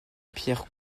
pierre